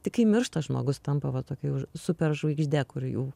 tik kai miršta žmogus tampa va tokiu superžvaigžde kuri jau